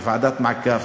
כוועדת מעקב,